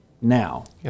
now